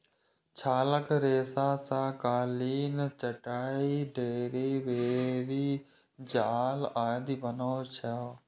छालक रेशा सं कालीन, चटाइ, डोरि, बोरी जाल आदि बनै छै